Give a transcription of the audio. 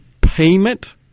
payment